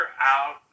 out